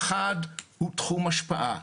האחד הוא תחום השפעה.